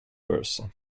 versa